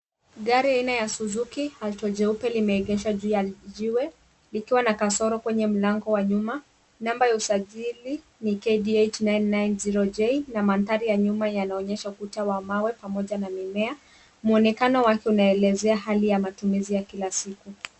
Gari aina ya Suzuki hatua jeupe limeegeshwa juu ya jiwe ikiwa na kasoro kwenye mlango wa nyuma, namba ya usajili ni KDH 990J na mandhari ya nyuma yanaonyesha kuta wa mawe pamoja na mimea, mwonekano wake unaelezea hali ya matumizi ya kila siku.